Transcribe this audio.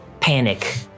panic